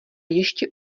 ještě